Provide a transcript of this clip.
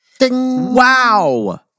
Wow